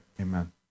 Amen